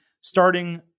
starting